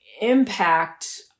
impact